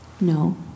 No